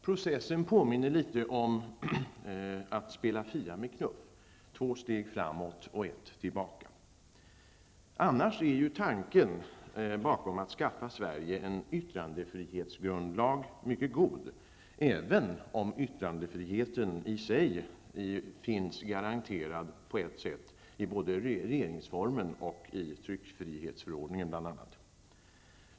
Processen påminner litet om att spela Fia med knuff: två steg framåt och ett tillbaka. Annars är tanken bakom att skaffa Sverige en yttrandefrihetsgrundlag mycket god, även om yttrandefriheten i sig finns garanterad på ett sätt i bl.a. både regeringsformen och tryckfrihetsförordningen.